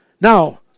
Now